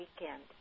weekend